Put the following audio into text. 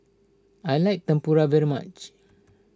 I like Tempura very much